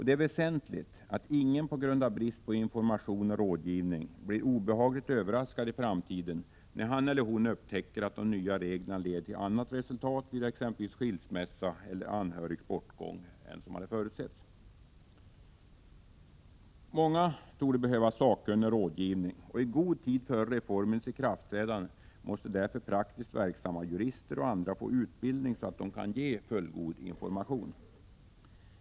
Det är väsentligt att ingen på grund av brist på information och rådgivning blir påtagligt överraskad i framtiden, när han eller hon upptäcker att de nya reglerna leder till annat resultat vid exempelvis skilmässa eller anhörigs bortgång än som hade förutsetts. Många torde behöva sakkunnig rådgivning. I god tid före reformens ikraftträdande måste därför praktiskt verksamma jurister och andra få utbildning så att de kan ge fullgod information.